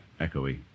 echoey